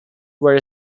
were